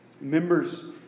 members